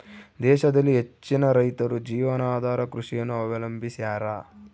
ದೇಶದಲ್ಲಿ ಹೆಚ್ಚಿನ ರೈತರು ಜೀವನಾಧಾರ ಕೃಷಿಯನ್ನು ಅವಲಂಬಿಸ್ಯಾರ